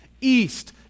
East